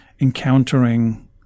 encountering